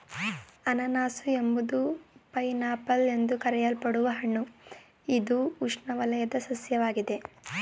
ಅನನಾಸು ಎಂಬುದು pineapple ಎಂದು ಕರೆಯಲ್ಪಡುವ ಹಣ್ಣು ಇದು ಉಷ್ಣವಲಯದ ಸಸ್ಯವಾಗಿದೆ